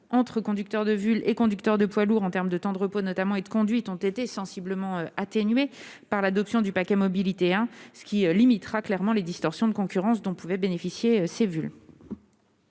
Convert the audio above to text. entre conducteurs de VUL et conducteurs de poids lourd, pour ce qui concerne les temps de repos, ont été sensiblement atténués par l'adoption du paquet mobilité 1, qui limitera clairement les distorsions de concurrence dont pouvaient bénéficier ces VUL.